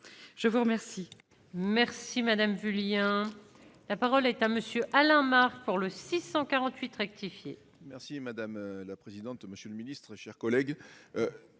je vous remercie.